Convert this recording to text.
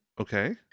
okay